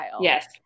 Yes